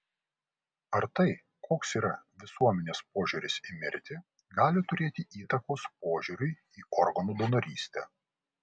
ar tai koks yra visuomenės požiūris į mirtį gali turėti įtakos požiūriui į organų donorystę